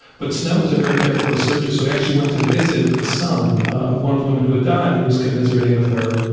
but snow was a very careful researcher, so he actually went to visit the son of one of the women who had died and he was commiserating with her,